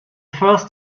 first